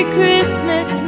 Christmas